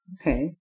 okay